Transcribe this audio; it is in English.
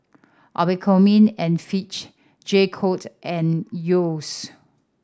Abercrombie and Fitch J Co and Yeo's